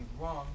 wrong